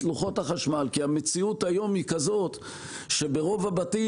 לוחות החשמל כי המציאות היום היא כזאת שברוב הבתים,